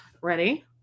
Ready